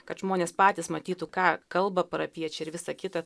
kad žmonės patys matytų ką kalba parapijiečiai ir visa kita